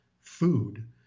food